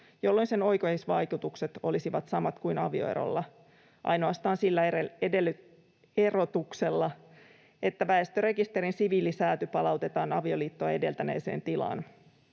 jolloin sen oikeusvaikutukset olisivat samat kuin avioerolla, ainoastaan sillä erotuksella, että väestörekisterin siviilisääty palautetaan avioliittoa edeltäneeseen tilaan.